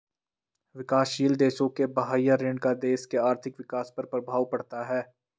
विकासशील देशों के बाह्य ऋण का देश के आर्थिक विकास पर प्रभाव पड़ता है